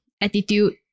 attitude